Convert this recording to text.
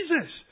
Jesus